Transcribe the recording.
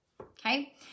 okay